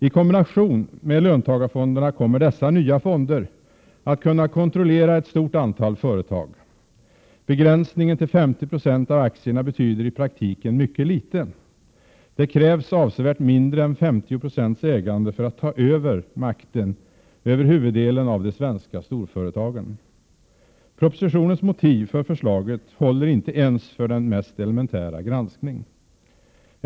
I kombination med löntagarfonderna kommer dessa nya fonder att kunna kontrollera ett stort antal företag. Begränsningen till 50 96 av aktierna betyder i praktiken mycket litet. Det krävs avsevärt mindre än 50 20 ägande för att ta över makten över huvuddelen av de svenska storföretagen. Propositionens motiv för förslaget håller inte ens för den mest elementära granskning.